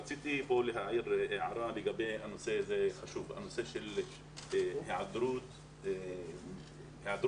רציתי להעיר הערה לגבי הנושא של היעדרות השר